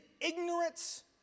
ignorance